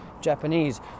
Japanese